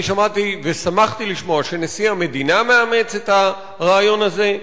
אני שמעתי ושמחתי לשמוע שנשיא המדינה מאמץ את הרעיון הזה.